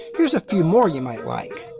here's a few more you might like.